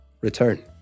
return